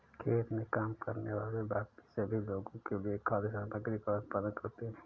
खेत में काम करने वाले बाकी सभी लोगों के लिए खाद्य सामग्री का उत्पादन करते हैं